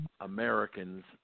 Americans